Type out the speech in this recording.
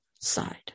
side